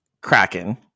Kraken